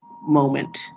moment